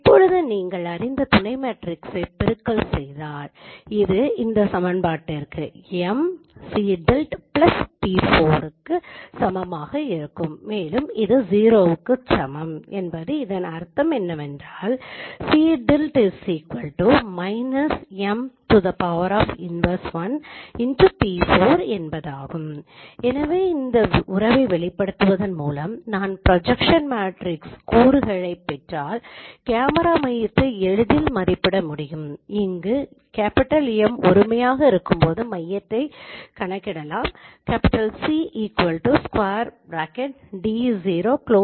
இப்போது நீங்கள் அறிந்த துணை மேட்ரிக்ஸை பெருக்கல் செய்தால் இது கீழ்க்கண்ட சமன்பாட்டிற்கு சமமாகஇருக்கும் மேலும் இது 0 வுக்கு சமம் அதன் அர்த்தம் என்னவென்றால் எனவே இந்த உறவை வெளிப்படுத்துவதன்மூலம் நான் ப்ரொஜக்ஸன் மேட்ரிக்ஸ் கூறுகளைப் பெற்றால் கேமரா மையத்தை எளிதில் மதிப்பிட முடியும் அங்கு M ஒருமையாக இருக்கும்போது மையத்தை கணக்கிடலாம்